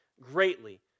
greatly